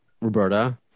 Roberta